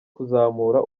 kuzamura